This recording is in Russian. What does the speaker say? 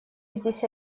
здесь